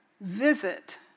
visit